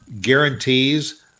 guarantees